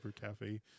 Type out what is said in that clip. cafe